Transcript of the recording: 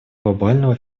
глобального